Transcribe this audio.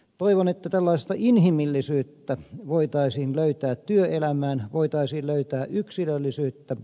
toivon että tällaista inhimillisyyttä voitaisiin löytää työelämään voitaisiin löytää yksilöllisyyttä